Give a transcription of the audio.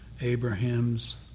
Abraham's